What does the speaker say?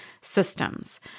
systems